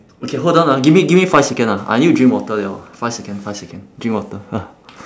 okay hold on ah give me give me five seconds ah I need to drink water liao five seconds five seconds drink water